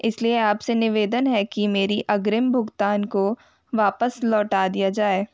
इसलिए आपसे निवेदन है कि मेरी अग्रिम भुगतान को वापस लौटा दिया जाए